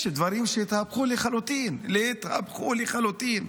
יש דברים שהתהפכו לחלוטין, התהפכו לחלוטין.